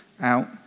out